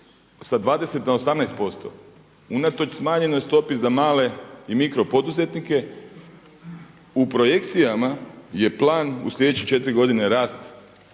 sa 20 na 18%, unatoč smanjenoj stopi za male i mikro poduzetnike u projekcijama je plan u sljedećih 4 godine rast